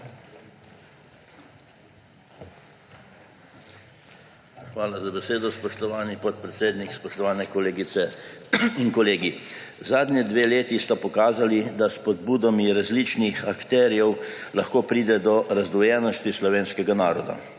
Hvala za besedo, spoštovani podpredsednik. Spoštovani kolegice in kolegi! Zadnji dve leti sta pokazali, da s spodbudami različnih akterjev lahko pride do razdvojenosti slovenskega naroda